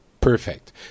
perfect